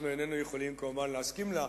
אנחנו איננו יכולים, כמובן, להסכים לה.